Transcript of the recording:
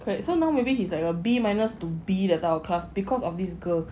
correct so now maybe he's like a B minus to B that kind of class because of this girl